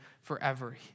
forever